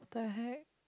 the heck